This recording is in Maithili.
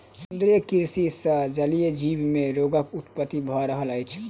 समुद्रीय कृषि सॅ जलीय जीव मे रोगक उत्पत्ति भ रहल अछि